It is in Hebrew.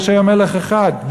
יש היום מלך אחד.